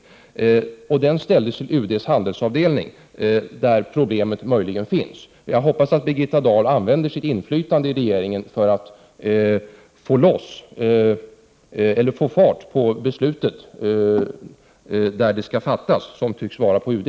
Skrivelsen ställdes till UD:s handelsavdelning där problemet möjligen finns. Jag hoppas att Birgitta Dahl använder sitt inflytande i regeringen för att sätta fart på skeendet, så att det fattas ett beslut där detta skall ske, vilket tycks vara på UD.